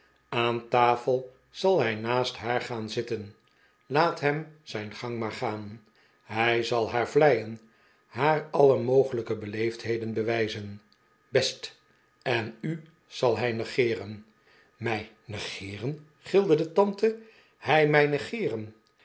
aan tafel zal hij naast haar gaan zitten laat hem zijn gang maar gaan hij zal haar vleien haar alle mogelijke beleefdheden bewijzen bestl en u zal hij negeeren mij negeeren gilde de tante hij mij negeeren